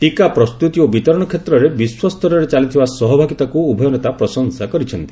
ଟିକା ପ୍ରସ୍ତୁତି ଓ ବିତରଣ କ୍ଷେତ୍ରରେ ବିଶ୍ୱସ୍ତରରେ ଚାଲିଥିବା ସହଭାଗିତାକୁ ଉଭୟ ନେତା ପ୍ରଶଂସା କରିଛନ୍ତି